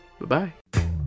Bye-bye